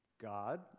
God